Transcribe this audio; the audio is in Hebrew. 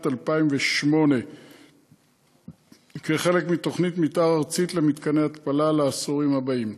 2008 כחלק מתוכנית מתאר ארצית למתקני התפלה לעשורים הבאים.